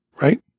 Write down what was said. Right